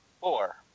four